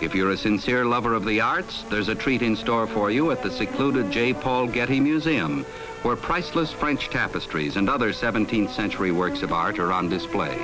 if you're a sincere lover of the arts there's a treat in store for you at the secluded j paul getty museum where priceless french tapestries and other seventeenth century works of art are on display